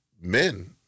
men